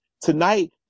Tonight